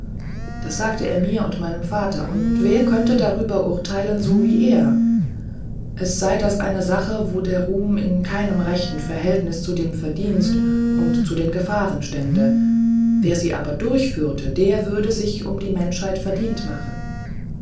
das sagte er mir und meinem vater und wer könnte darüber urteilen so wie er es sei das eine sache wo der ruhm in keinem rechten verhältnis zu dem verdienst und zu den gefahren stände wer sie aber durchführte der würde sich um die menschheit verdient machen